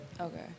Okay